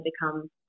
become